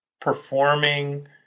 performing